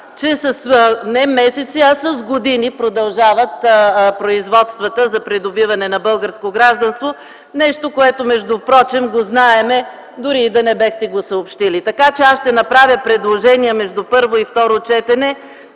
а с години продължават производствата за придобиване на българско гражданство – нещо, което впрочем знаем дори и да не бяхте го съобщили. Аз ще направя предложение между първо и второ четене